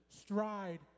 stride